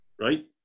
right